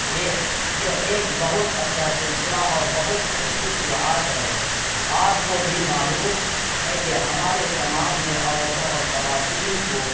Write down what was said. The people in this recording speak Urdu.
یہ یہ ایک بہت اچھا سلسلہ اور بہت اچھی شروعات ہے آپ کو بھی معلوم ہے کہ ہمارے سماج میں عورتوں اور خواتین کو